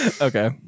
Okay